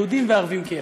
יהודים וערבים כאחד.